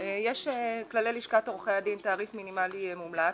יש כללי לשכת עורכי הדין, תעריף מינימלי מומלץ.